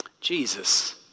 Jesus